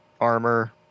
armor